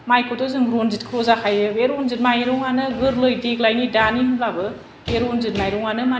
माइखौथ' जों रनजिथखौल' जाखायो बे रनजिथ माइरंआनो गोरलै देग्लायनि दानि होनबाबो बे रनजिथ माइरंआनो मानि